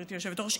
גברתי היושבת-ראש,